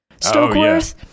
Stokeworth